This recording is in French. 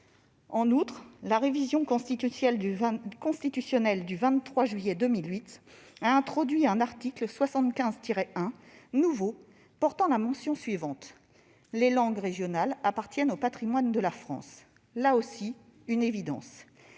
». Toutefois, la révision constitutionnelle du 23 juillet 2008, a introduit un article 75-1, nouveau, portant la mention suivante :« Les langues régionales appartiennent au patrimoine de la France. »